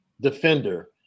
defender